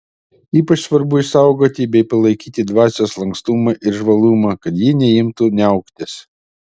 ypač svarbu išsaugoti bei palaikyti dvasios lankstumą ir žvalumą kad ji neimtų niauktis